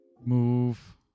move